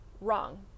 wrong